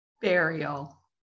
Burial